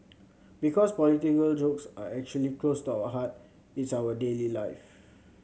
because political jokes are actually close to our heart it's our daily life